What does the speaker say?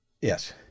Yes